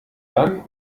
dann